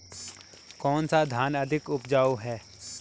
कौन सा धान अधिक उपजाऊ है?